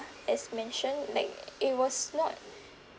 as mentioned like it was not